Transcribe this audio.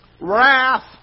Wrath